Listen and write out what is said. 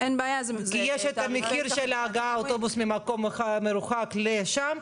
כי יש את מחיר ההגעה של אוטובוס ממקום מרוחק לשם,